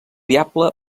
diable